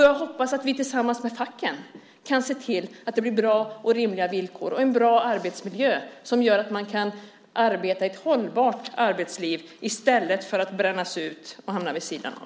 Jag hoppas att vi tillsammans med facken kan se till att det blir bra och rimliga villkor och en bra arbetsmiljö som gör att man kan få ett hållbart arbetsliv i stället för att brännas ut och hamna vid sidan om.